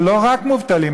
אבל לא רק מובטלים,